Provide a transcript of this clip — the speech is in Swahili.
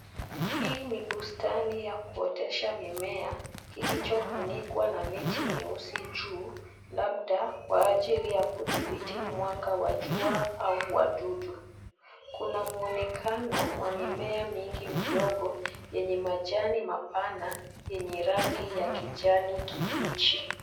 Hii ni bustani ya kuotesha mimea, ilichofunikwa na neti nyeusi juu, labda, kwa ajili ya kudhibiti mwanga wa jua, au wadudu. Kuna mwonekano, wa mimea mingi midogo, yenye majani mapana, yenye rangi ya kijani kibichi.